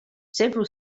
several